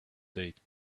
date